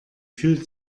fühlt